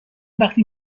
وقتی